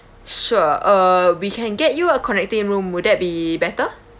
sure uh we can get you a connecting room would that be better